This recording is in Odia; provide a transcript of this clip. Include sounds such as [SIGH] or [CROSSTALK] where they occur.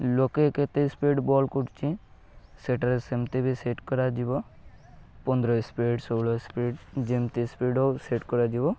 ଲୋକେ କେତେ ସ୍ପିଡ଼୍ ବଲ୍ [UNINTELLIGIBLE] ସେଇଟାରେ ସେମିତି ବି ସେଟ୍ କରାଯିବ ପନ୍ଦର ସ୍ପିଡ଼୍ ଷୋହଳ ସ୍ପିଡ଼୍ ଯେମିତି ସ୍ପିଡ଼୍ ହଉ ସେଟ୍ କରାଯିବ